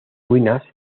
ruinas